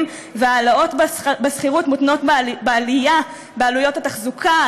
והעלאה בדמי השכירות מותנית בעלייה בעלויות התחזוקה,